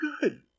good